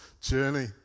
journey